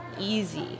Easy